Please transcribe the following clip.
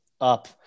up